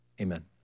Amen